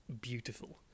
beautiful